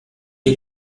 est